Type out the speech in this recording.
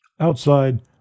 Outside